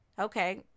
Okay